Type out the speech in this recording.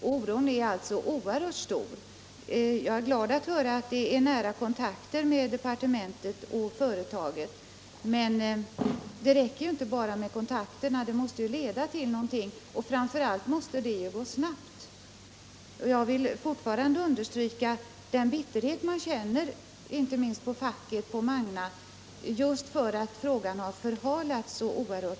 Oron är alltså oerhört stor. Jag är glad att höra att det förekommer nära kontakter mellan departementet och företaget. Men det räcker ju inte med kontakter, utan de måste leda till någonting, och framför allt måste det ske någonting snabbt. Jag vill än en gång understryka att man känner stor bitterhet i Magna, inte minst inom facket, just därför att frågan har förhalats så oerhört.